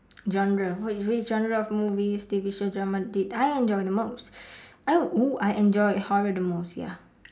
genre which which genre of movies T_V show drama did I enjoy the most I would !woo! I enjoy horror the most ya